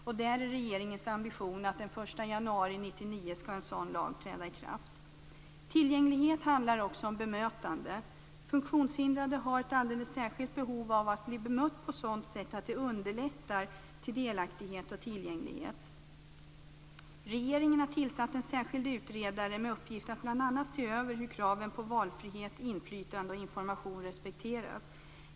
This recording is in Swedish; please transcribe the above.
Det är regeringens ambition att en sådan lag skall träda i kraft den 1 januari 1999. Tillgänglighet handlar också om bemötande. Funktionshindrade har ett alldeles särskilt behov att bli bemötta på ett sådant sätt att det underlättar delaktighet och tillgänglighet. Regeringen har tillsatt en särskild utredare med uppgift att bl.a. se över hur kraven på valfrihet, inflytande och information respekteras.